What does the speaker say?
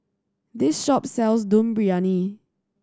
this shop sells Dum Briyani